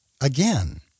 again